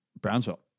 Brownsville